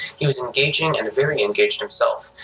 he was engaging and very engaged himself.